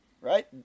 right